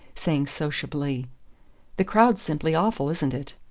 saying sociably the crowd's simply awful, isn't it?